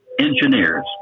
engineers